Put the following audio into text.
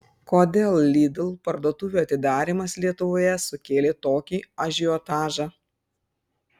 kodėl lidl parduotuvių atidarymas lietuvoje sukėlė tokį ažiotažą